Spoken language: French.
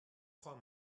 trois